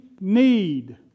need